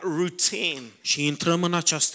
routine